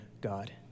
God